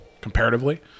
comparatively